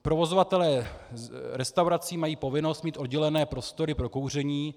Provozovatelé restaurací mají povinnost mít oddělené prostory pro kouření.